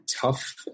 tough